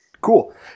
Cool